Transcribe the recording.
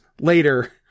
later